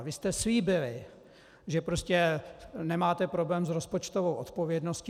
Vy jste slíbili, že prostě nemáte problém s rozpočtovou odpovědností.